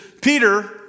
Peter